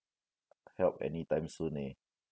help anytime soon leh